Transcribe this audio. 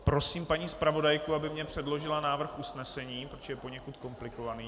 Prosím paní zpravodajku, aby mi předložila návrh usnesení, protože je poněkud komplikovaný.